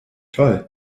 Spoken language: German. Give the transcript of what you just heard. toll